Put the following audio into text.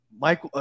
Mike